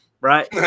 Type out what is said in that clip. Right